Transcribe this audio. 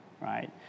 right